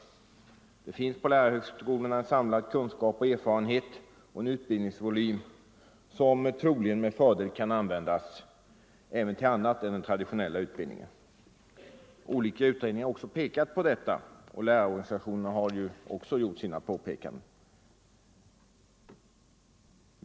utbildningsvägar i Det finns på lärarhögskolorna en samlad kunskap och erfarenhet samt — anslutning till en utbildningsvolym som troligen med fördel kan användas även till — gymnasieskolans annat än den traditionella utbildningen. Olika utredningar har också pekat — vårdlinje på detta. Även lärarorganisationerna har gjort sina påpekanden.